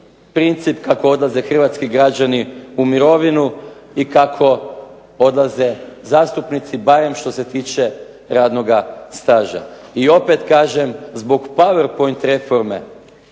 princip kako odlaze hrvatski građani u mirovinu i kako odlaze zastupnici barem što se tiče radnoga staža. I opet kažem zbog powerpoint reforme